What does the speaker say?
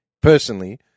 personally